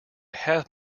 have